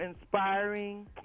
inspiring